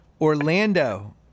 Orlando